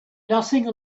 nothing